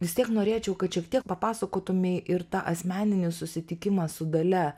vis tiek norėčiau kad šiek tiek papasakotumei ir tą asmeninį susitikimą su dalia